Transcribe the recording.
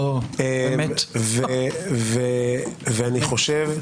אני חושב,